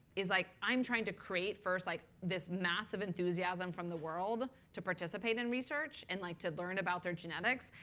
is like, i'm trying to create first like this massive enthusiasm from the world to participate in research and like to learn about their genetics,